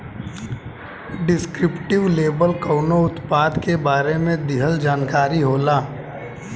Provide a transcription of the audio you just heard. descriptive label कउनो उत्पाद के बारे में दिहल जानकारी होला